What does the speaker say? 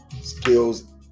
skills